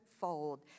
fold